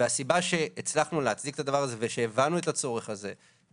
הסיבה שהצלחנו להצדיק את הדבר הזה ושהבנו את הצורך הזה,